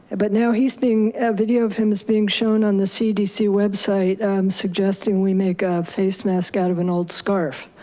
but now he's being, a video of him is being shown on the cdc website suggesting we make ah face mask out of an old scarf.